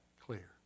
clear